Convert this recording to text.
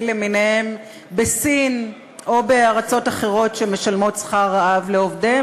למיניהם בסין או בארצות אחרות שמשלמות שכר רעב לעובדיהן